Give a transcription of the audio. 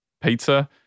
pizza